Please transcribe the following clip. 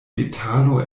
detalo